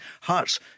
Hearts